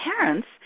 parents